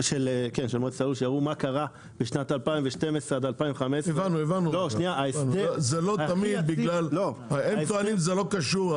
מה קרה בשנת 2012 עד 2015. הם טוענים שזה לא קשור.